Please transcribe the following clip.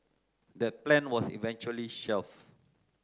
that plan was eventually shelved